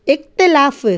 इख़्तिलाफ़ु